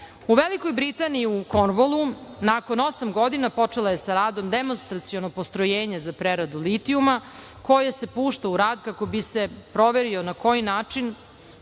U Velikoj Britaniji u Konvolu, nakon osam godina, počela je sa radom demonstraciono, postrojenje za preradu litijuma, koje su pušta u rad, kako bi se proverio na koji način,